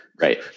Right